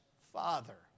Father